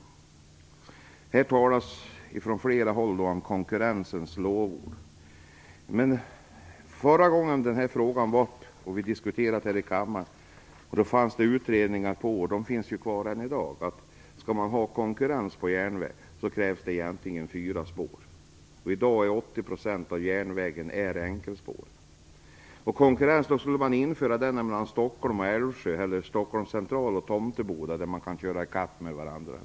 Konkurrensen lovordas från flera håll i dag. Men förra gången vi diskuterade denna fråga här i kammaren talade vi också om de utredningar som finns kvar än i dag, och som visar att om man skall ha konkurrens på järnväg krävs det egentligen fyra spår. I dag är 80 % av järnvägen enkelspårig. Skulle man då införa konkurrensen mellan Stockholm och Älvsjö, eller mellan Stockholms Central och Tomteboda, där man kan köra i kapp med varandra?